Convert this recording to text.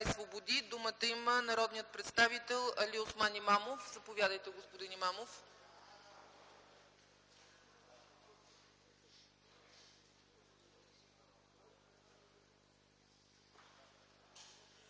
Думата има народният представител Алиосман Имамов. Заповядайте, господин Имамов.